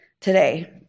today